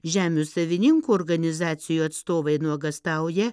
žemių savininkų organizacijų atstovai nuogąstauja